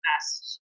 best